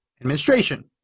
administration